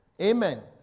Amen